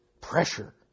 Pressure